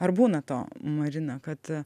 ar būna to marina kad